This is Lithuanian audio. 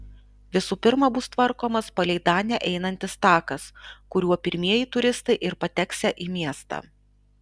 visų pirma bus tvarkomas palei danę einantis takas kuriuo pirmieji turistai ir pateksią į miestą